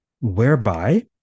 whereby